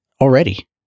already